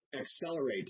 accelerate